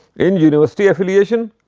in university affiliation,